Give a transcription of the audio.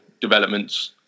developments